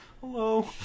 hello